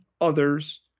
others